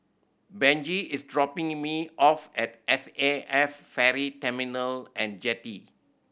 Benji is dropping me off at S A F Ferry Terminal And Jetty